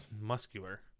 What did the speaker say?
muscular